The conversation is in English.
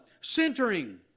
centering